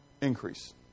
increase